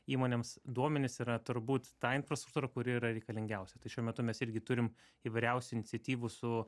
įmonėms duomenys yra turbūt ta infrastruktūra kuri yra reikalingiausia tad šiuo metu mes irgi turim įvairiausių iniciatyvų su